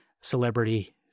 celebrity